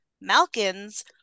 Malkin's